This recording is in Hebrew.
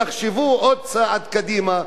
תחשבו עוד צעד קדימה,